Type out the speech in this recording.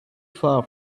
far